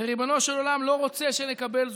וריבונו של עולם לא רוצה שנקבל זאת.